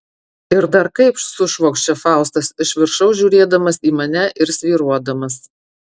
ir dar kaip sušvokščia faustas iš viršaus žiūrėdamas į mane ir svyruodamas